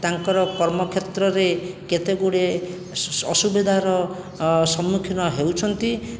ତାଙ୍କର କର୍ମ କ୍ଷେତ୍ରରେ କେତେଗୁଡ଼ିଏ ଅସୁବିଧାର ସମ୍ମୁଖୀନ ହେଉଛନ୍ତି